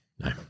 No